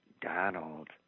Donald